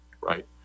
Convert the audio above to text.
right